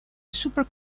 super